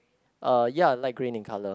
uh ya light green in colour